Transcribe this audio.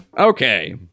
Okay